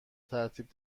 ترتیب